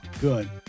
Good